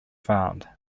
found